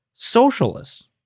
socialists